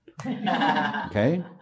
Okay